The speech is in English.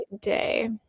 day